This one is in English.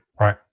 Right